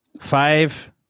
five